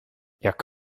jak